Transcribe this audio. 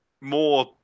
more